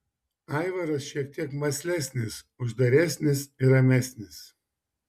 aivaras šiek tiek mąslesnis uždaresnis ir ramesnis